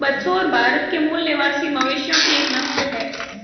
बछौर भारत के मूल निवासी मवेशियों की एक नस्ल है